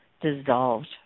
dissolved